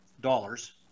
dollars